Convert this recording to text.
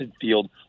field